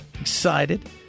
Excited